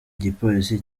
igipolisi